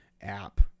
app